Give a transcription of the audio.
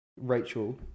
Rachel